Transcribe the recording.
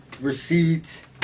Receipt